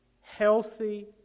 Healthy